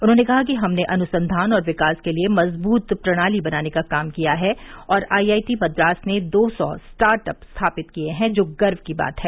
उन्होंने कहा कि हमने अनुसंधान और विकास के लिए मजबूत प्रणाली बनाने का काम किया है और आईआईटी मद्रास ने दो सौ स्टार्टअप स्थापित किये हैं जो गर्व की बात है